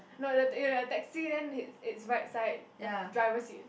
no the you the taxi then it it's right side the driver seat